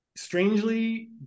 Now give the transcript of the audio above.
strangely